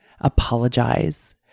apologize